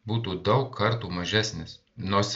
būtų daug kartų mažesnis nors